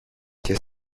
και